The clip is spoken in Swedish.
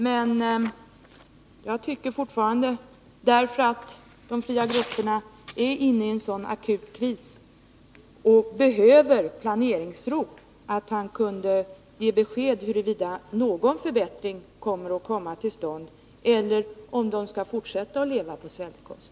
De fria grupperna befinner sig emellertid i en akut kris och behöver planeringsro, varför det vore bra om han kunde ge ett besked om huruvida någon förbättring kommer till stånd, eller om de fria grupperna skall fortsätta att leva på svältkost.